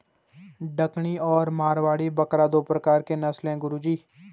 डकनी और मारवाड़ी बकरा दो प्रकार के नस्ल है गुरु जी